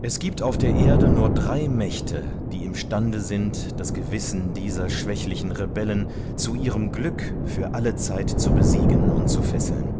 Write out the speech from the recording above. es gibt drei gewalten drei nicht mehr auf erden die mächtig sind für ewig das gewissen dieser erbärmlichen empörer zu unterjochen und zu knechten zu ihrem glück und diese drei gewalten sind